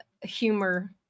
humor